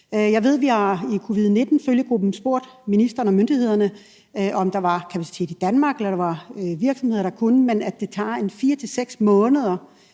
Jeg ved, at vi i covid-19-følgegruppen har spurgt ministeren og myndighederne, om der var kapacitet i Danmark eller der var virksomheder, der kunne, men det tager 4-6 måneder